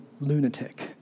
lunatic